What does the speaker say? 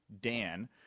Dan